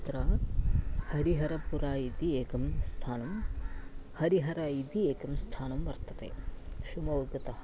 तत्र हरिहरपुरा इति एकं स्थानं हरिहरः इति एकं स्थानं वर्तते शिव्मोग्गतः